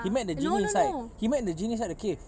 he met the genie inside he met the genie inside the cave